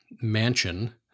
mansion